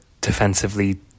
defensively